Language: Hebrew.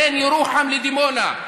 בין ירוחם לדימונה,